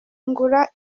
ngura